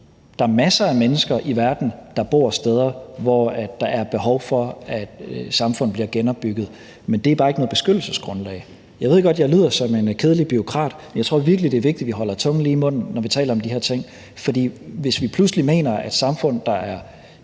Der er masser af mennesker i verden, der bor steder, hvor der er behov for, at et samfund bliver genopbygget, men det er bare ikke noget beskyttelsesgrundlag. Jeg ved godt, at jeg lyder som en kedelig bureaukrat, men jeg tror virkelig, det er vigtigt, at vi holder tungen lige i munden, når vi taler om de her ting. For hvis vi pludselig mener, at det, at et